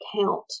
count